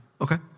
Okay